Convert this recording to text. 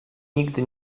nigdy